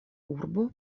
urbo